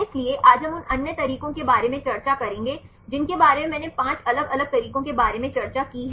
इसलिए आज हम उन अन्य तरीकों के बारे में चर्चा करेंगे जिनके बारे में मैंने 5 अलग अलग तरीकों के बारे में चर्चा की है